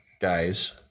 guys